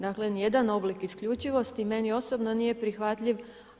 Dakle, ni jedan oblik isključivosti meni osobno nije prihvatljiv.